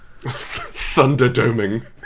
Thunderdoming